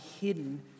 hidden